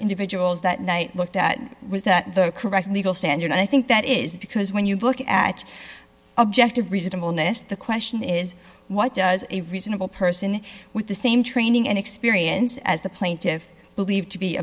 individuals that night looked at was that the correct legal standard and i think that is because when you look at objective reasonable notice the question is what does a reasonable person with the same training and experience as the plaintive believe to be